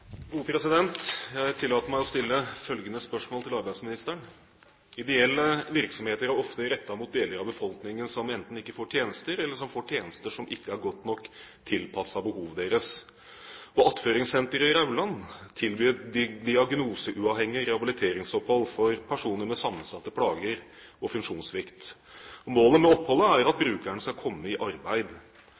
arbeidsministeren: «Ideelle virksomheter er ofte rettet mot deler av befolkningen som enten ikke får tjenester, eller som får tjenester som ikke er godt nok tilpasset behovene deres. Attføringssenteret i Rauland tilbyr diagnoseuavhengig rehabiliteringsopphold for personer med sammensatte plager og funksjonssvikt. Målet med oppholdet er at brukeren skal komme i arbeid.